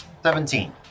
Seventeen